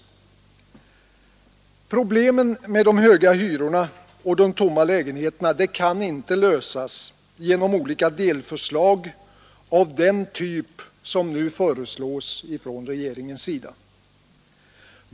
Problemen med de höga hyrorna och de tomma lägenheterna kan inte lösas genom olika delförslag av den typ som nu läggs fram av regeringen.